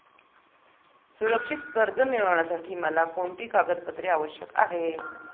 सुरक्षित कर्ज मिळविण्यासाठी मला कोणती कागदपत्रे आवश्यक आहेत